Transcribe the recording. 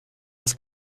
das